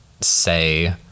Say